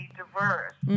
diverse